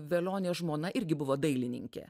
velionė žmona irgi buvo dailininkė